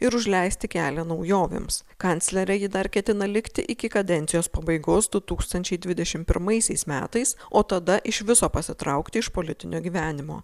ir užleisti kelią naujovėms kanclere ji dar ketina likti iki kadencijos pabaigos du tūkstančiai dvidešimt pirmaisiais metais o tada iš viso pasitraukti iš politinio gyvenimo